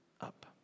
up